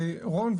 ורון,